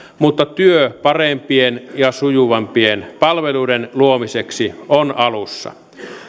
mutta työ parempien ja sujuvampien palveluiden luomiseksi on alussa